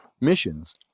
missions